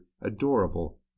adorable